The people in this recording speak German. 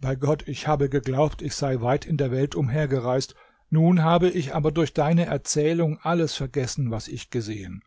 bei gott ich habe geglaubt ich sei weit in der welt umhergereist nun habe ich aber durch deine erzählung alles vergessen was ich gesehen